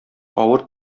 авыр